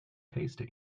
tasty